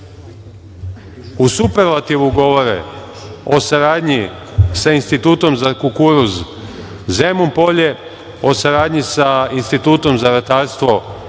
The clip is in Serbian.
u superlativu govore o saradnji sa Institutom za kukuruz Zemun Polje, o saradnji sa Institutom za ratarstvom u